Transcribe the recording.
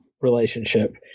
relationship